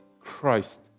Christ